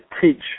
teach